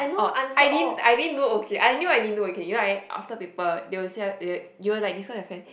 oh I didn't I didn't do okay I knew I didn't do okay you know why after paper they'll say they you will like discuss with your friend